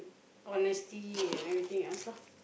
honesty and everything else lah